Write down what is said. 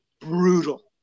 brutal